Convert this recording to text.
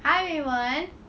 hi everyone